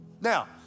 Now